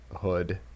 hood